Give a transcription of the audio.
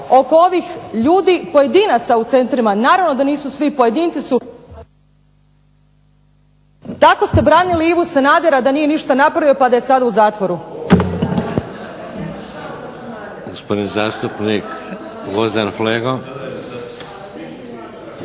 Oko ovih ljudi, pojedinaca u centrima naravno da nisu svi, pojedinci su ali gospodine ministre tako ste branili Ivu Sanadera da nije ništa napravio pa je sada u zatvoru.